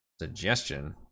Suggestion